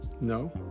No